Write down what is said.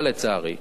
אבל לצערי,